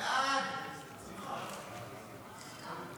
הטיס (תיקון מס' 6),